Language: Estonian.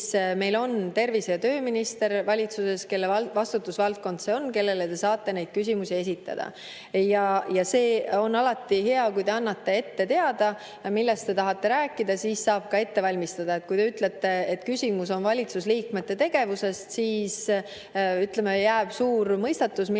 meil on tervise‑ ja tööminister valitsuses, kelle vastutusvaldkond see on ja kellele te saate neid küsimusi esitada. Aga alati on hea, kui te annate ette teada, millest te tahate rääkida, siis saab ka ette valmistada. Kui te ütlete, et küsite valitsuse liikmete tegevuse kohta, siis on suur mõistatus, mille